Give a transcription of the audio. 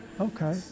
okay